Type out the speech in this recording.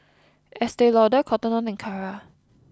Estee Lauder Cotton On and Kara